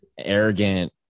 arrogant